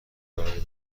برقی